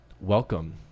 welcome